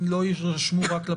הם לא רק יירשמו לפרוטוקול,